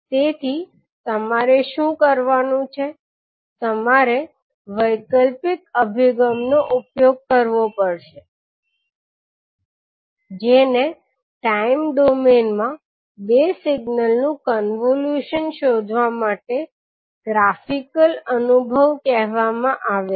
તેથી તમારે શું કરવાનું છે તમારે વૈકલ્પિક અભિગમનો ઉપયોગ કરવો પડશે જેને ટાઇમ ડોમેઇન માં બે સિગ્નલ નું કોન્વોલ્યુશન શોધવા માટે ગ્રાફિકલ અભિગમ કહેવામાં આવે છે